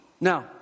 Now